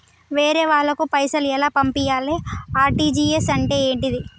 వేరే వాళ్ళకు పైసలు ఎలా పంపియ్యాలి? ఆర్.టి.జి.ఎస్ అంటే ఏంటిది?